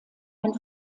ein